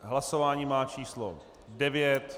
Hlasování má číslo 9.